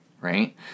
right